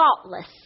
faultless